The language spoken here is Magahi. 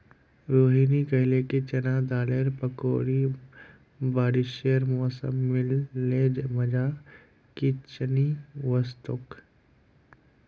रोहिनी कहले कि चना दालेर पकौड़ी बारिशेर मौसमत मिल ल मजा कि चनई वस तोक